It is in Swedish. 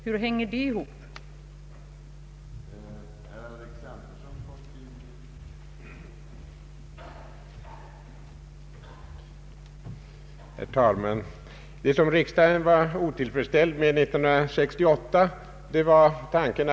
Hur hänger det hela ihop?